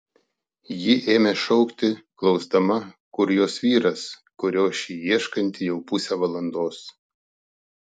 ji ėmė šaukti klausdama kur jos vyras kurio ši ieškanti jau pusę valandos